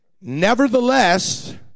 Nevertheless